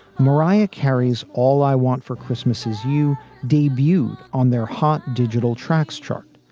mariah carey's all i want for christmas is you debut on their hot digital tracks chart.